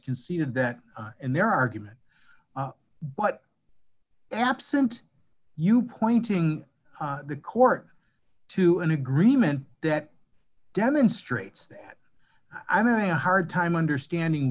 conceded that in their argument but absent you pointing the court to an agreement that demonstrates that i'm a hard time understanding